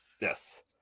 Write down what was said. Yes